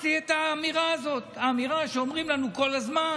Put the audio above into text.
אימצתי את האמירה הזו שאומרים לנו כל הזמן: